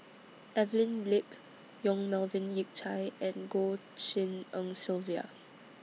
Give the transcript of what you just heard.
Evelyn Lip Yong Melvin Yik Chye and Goh Tshin En Sylvia